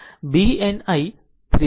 તેથી તે B 2 છે